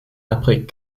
après